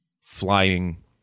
flying